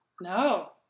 no